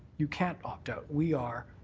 you can't opt out. we are,